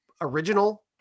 original